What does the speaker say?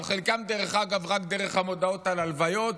על חלקם, דרך אגב, רק דרך המודעות על הלוויות